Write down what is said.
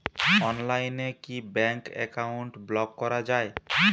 অনলাইনে কি bank account block করা য়ায়?